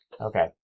Okay